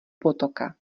potoka